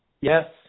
Yes